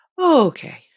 okay